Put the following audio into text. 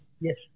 Yes